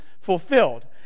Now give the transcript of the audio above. fulfilled